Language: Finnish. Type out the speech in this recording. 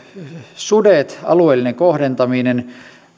sudet alueellinen kohdentaminen